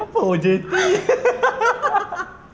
apa O_J_T